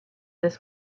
this